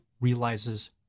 realizes